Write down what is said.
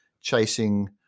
chasing